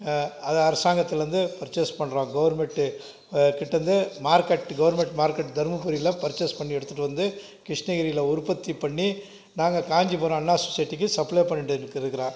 அதை அரசாங்கத்துலேருந்து பர்ச்சேஸ் பண்ணுறோம் கவர்மெண்ட்டு கிட்டேருந்து மார்கெட் கவர்மெண்ட் மார்க்கெட் தர்மபுரியில் பர்ச்சேஸ் பண்ணி எடுத்துகிட்டு வந்து கிருஷ்ணகிரியில் உற்பத்தி பண்ணி நாங்கள் காஞ்சிபுரம் அண்ணா சொசைட்டிக்கு சப்ளை பண்ணிகிட்டு இருக் இருக்கிறேன்